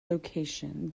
location